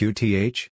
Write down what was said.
Qth